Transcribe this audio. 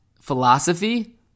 philosophy